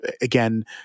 again